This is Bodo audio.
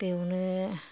बेवनो